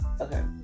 Okay